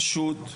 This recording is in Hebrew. פשוט,